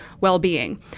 well-being